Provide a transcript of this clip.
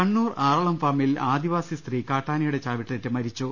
കണ്ണൂർ ആറളം ഫാമിൽ ആദിവാസി സ്ത്രീ കാട്ടാനയുടെ ചവി ട്ടേറ്റ് മരിച്ചു